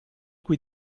qui